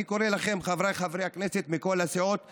אני קורא לכם, חבריי חברי הכנסת מכל הסיעות הבית,